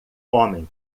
homem